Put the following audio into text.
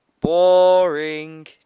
BORING